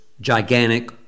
gigantic